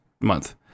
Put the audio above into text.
month